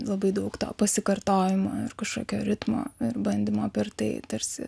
labai daug to pasikartojimo ir kažkokio ritmo ir bandymo per tai tarsi